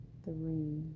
three